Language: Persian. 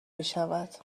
میشود